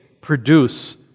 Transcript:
produce